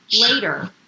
later